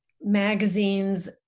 magazines